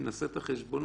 אם נעשה את החשבונות,